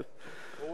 הוא